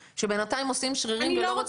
שבינתיים עושים שרירים ולא רוצים להתפנות'.